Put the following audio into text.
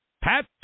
Pat